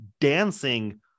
dancing